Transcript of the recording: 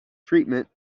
treatment